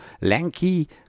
lanky